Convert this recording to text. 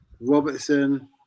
Robertson